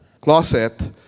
closet